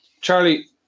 Charlie